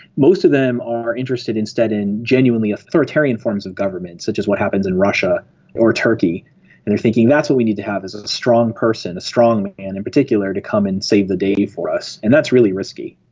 most of them are interested instead in genuinely authoritarian forms of government, such as what happens in russia or turkey, and they're thinking that's what we need to have as a strong person, a strong man and in particular, to come and save the day for us, and that's really risky.